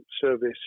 service